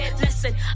listen